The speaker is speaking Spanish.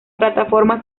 plataforma